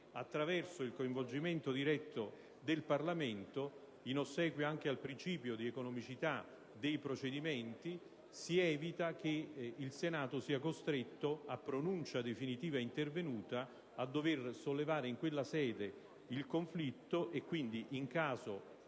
attraverso il coinvolgimento diretto del Parlamento, in ossequio anche al principio di economicità dei procedimenti, si evita che il Senato sia costretto, a pronuncia definitiva intervenuta, a dover sollevare in quella sede il conflitto. In caso,